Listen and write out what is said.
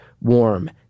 warm